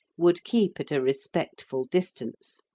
would keep at a respectful distance.